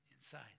inside